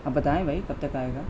اب بتائیں بھائی کب تک آئے گا